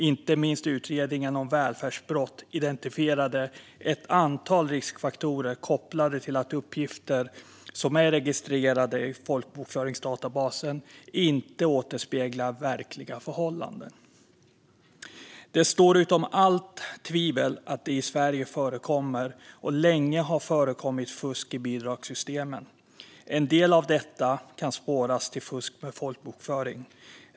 Inte minst utredningen om välfärdsbrott identifierade ett antal riskfaktorer kopplade till att uppgifter som är registrerade i folkbokföringsdatabasen inte återspeglar verkliga förhållanden. Det står utom allt tvivel att det i Sverige förekommer, och länge har förekommit, fusk i bidragssystemen. En del av detta kan spåras till fusk med folkbokföring.